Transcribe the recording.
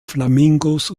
flamingos